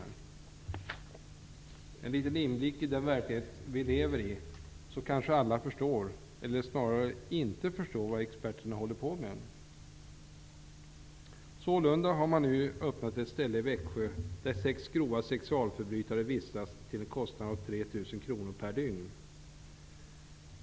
Efter en liten inblick i den verklighet som vi lever i förstår alla -- eller snarare är det så att vi inte förstår -- vad experterna håller på med. Sålunda har man nu öppnat ett ställe i Växjö där sex grova sexualförbrytare vistas till en kostnad av 3 000 kr per dygn.